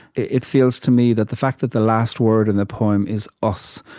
it feels to me that the fact that the last word in the poem is us,